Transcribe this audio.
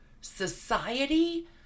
society